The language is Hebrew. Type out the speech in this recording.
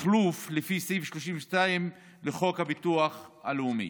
ותחלוף לפי סעיף 32 לחוק הביטוח הלאומי,